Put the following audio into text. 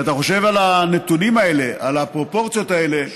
כשאתה חושב על הנתונים האלה, על הפרופורציות האלה,